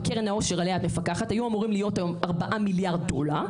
בקרן העושר עליה את מפקחת היו אמורים להיות היום 4 מיליארד דולר,